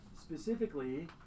specifically